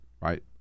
right